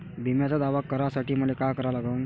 बिम्याचा दावा करा साठी मले का करा लागन?